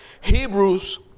Hebrews